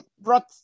brought